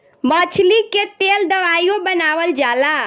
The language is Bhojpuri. मछली के तेल दवाइयों बनावल जाला